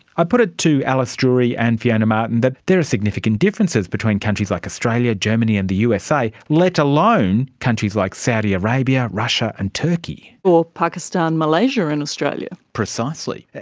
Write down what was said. i put it to alice drury and fiona martin that there are significant differences between countries like australia, germany and the usa, let alone countries like saudi arabia, russia and turkey. or pakistan, malaysia and australia. precisely.